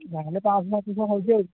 ଯାହେଲେ ପାଞ୍ଚ ଶହ ସାତ ଶହ ହେଉଛି ଆଉ